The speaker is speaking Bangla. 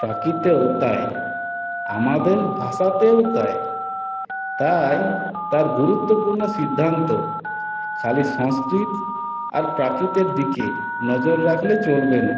প্রাকৃতেও তাই আমাদের ভাষাতেও তাই তাই তার গুরুত্বপূর্ণ সিদ্ধান্ত খালি সংস্কৃত আর প্রাকৃতের দিকে নজর রাখলে চলবে না